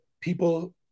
people